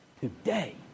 Today